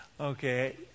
Okay